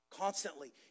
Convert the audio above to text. Constantly